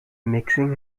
mixing